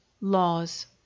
laws